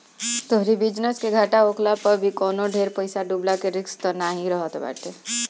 तोहरी बिजनेस के घाटा होखला पअ भी कवनो ढेर पईसा डूबला के रिस्क तअ नाइ रहत बाटे